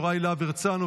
יוראי להב הרצנו,